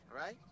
right